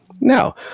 Now